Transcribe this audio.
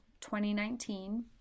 2019